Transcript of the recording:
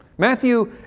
Matthew